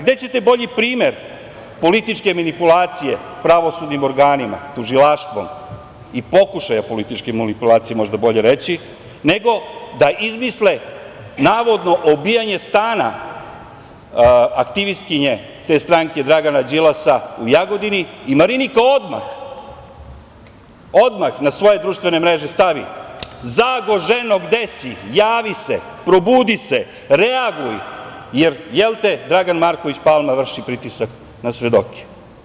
Gde ćete bolji primer političke manipulacije pravosudnim organima, tužilaštvom, ili pokušaja političke manipulacije, možda je bolje reći, nego da izmisle navodno obijanje stana aktivistkinje te stranke Dragana Đilasa u Jagodini i Marinika odmah na svoje društvene mreže stavi - Zago, ženo, gde si, javi se, probudi se, reaguj, jer, jelte, Dragan Marković Palma vrši pritisak na svedoke.